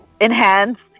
enhanced